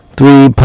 Three